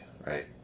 right